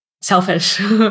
selfish